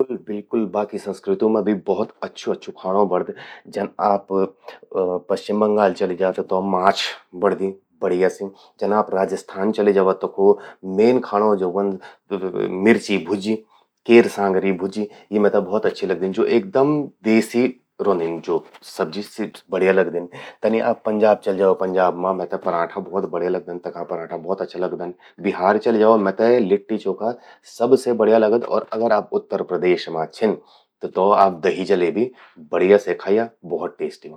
बिल्कुल बिल्कुल...बाकी संस्कृतियों मां भी भौत अच्छू खाणों बणद। जन आप पश्चिम बंगाल चलि जा त तौ माछ बणदि बढ़िया से। जन आप राजस्थान चलि जावा तखौ जो मेन खाणों ज्वो व्हंद मिर्ची भुज्जी, केर सांगरी चि। यी मेते भौत अच्छी लगदिन। एकदम देसी रौंदिन जो, सी बढ़िया लगदिन। तनि आप पंजाब चलि जा, पंजाब मां मेते परांठा भौत बढ़िया लगदन, तखा परांठा भौत अच्छा लगदन। बिहार चलि जावा मेते लिट्टी चौखा सबसे बढ़िया लगद। अगर आप उत्तर प्रदेश मां छिन त तौ दही जलेबी बढ़िया से खय्या। भौत टेस्टी ह्वंद।